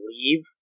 leave